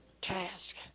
task